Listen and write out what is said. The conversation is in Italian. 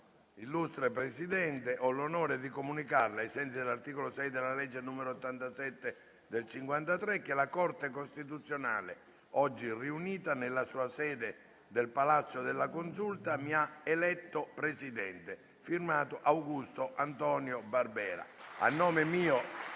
Illustre Presidente, ho l'onore di comunicarLe, ai sensi dell'articolo 6 della legge n. 87 del 1953, che la Corte costituzionale, oggi riunita nella sua sede del Palazzo della Consulta, mi ha eletto Presidente. Firmato: Augusto Antonio Barbera». A nome mio